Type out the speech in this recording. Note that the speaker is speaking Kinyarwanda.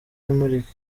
imurika